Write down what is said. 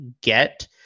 get